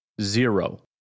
Zero